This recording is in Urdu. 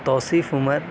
توصیف عمر